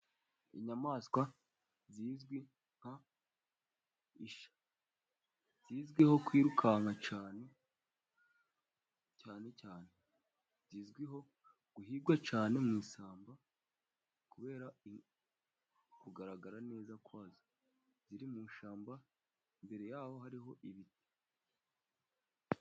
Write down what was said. Inyamaswa zizwi nk'Isha, zizwiho kwirukanka cyane cyane cyane, zizwiho guhigwa cyane mu isamba, kubera kugaragara neza kwazo ziri mu ishyamba, mbere yaho hariho ibiti.